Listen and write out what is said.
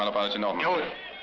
ah but and they'll notice